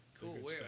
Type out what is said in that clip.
Cool